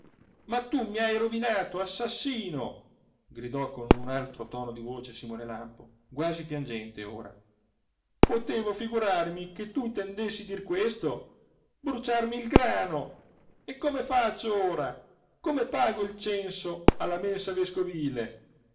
ma tu m'hai rovinato assassino gridò con altro tono di voce simone lampo quasi piangente ora potevo figurarmi che tu intendessi dir questo bruciarmi il grano e come faccio ora come pago il censo alla mensa vescovile